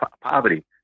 poverty